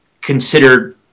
considered